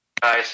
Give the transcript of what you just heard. guys